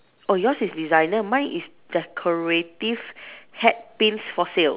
oh yours is designer mine is decorative hat pins for sale